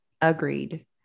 Agreed